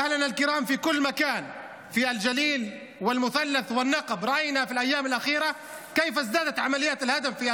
(אומר דברים בשפה הערבית, להלן תרגומם.) תודה רבה.